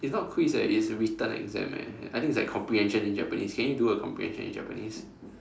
it's not quiz eh it's written exam eh I think it's like comprehension in Japanese can you do a comprehension in Japanese